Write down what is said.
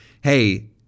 hey